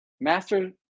master